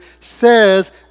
says